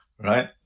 Right